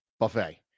Buffet